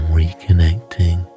reconnecting